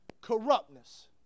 corruptness